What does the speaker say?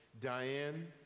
Diane